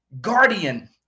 guardian